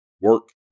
work